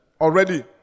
already